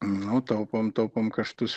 nu taupom taupom kaštus